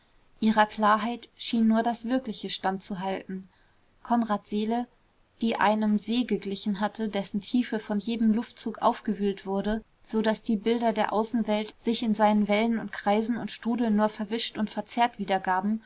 ihrer klarheit schien nur das wirkliche stand zu halten konrads seele die einem see geglichen hatte dessen tiefe von jedem luftzug aufgewühlt wurde so daß die bilder der außenwelt sich in seinen wellen und kreisen und strudeln nur verwischt und verzerrt wiedergaben